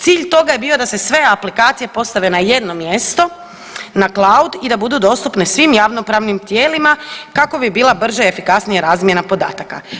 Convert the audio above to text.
Cilj toga je bio da se sve aplikacije postave na jedno mjesto na cloud i da budu dostupne svim javno-pravnim tijelima kako bi bila brža i efikasnija razmjena podataka.